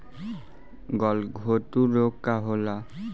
गलघोटू रोग का होला?